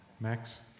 Max